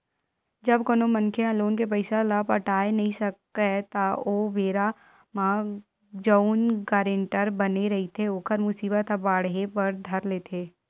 जब कोनो मनखे ह लोन के पइसा ल पटाय नइ सकय त ओ बेरा म जउन गारेंटर बने रहिथे ओखर मुसीबत ह बाड़हे बर धर लेथे